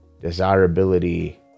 desirability